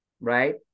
right